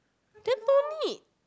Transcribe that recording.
then don't need